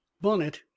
Bonnet